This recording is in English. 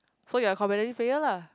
so you are competitive fail lah